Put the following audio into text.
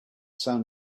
sound